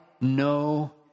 no